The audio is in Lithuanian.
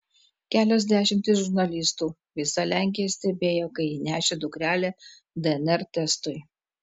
kelios dešimtys žurnalistų visa lenkija stebėjo kai ji nešė dukrelę dnr testui